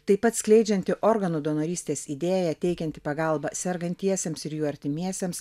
taip pat skleidžianti organų donorystės idėją teikianti pagalbą sergantiesiems ir jų artimiesiems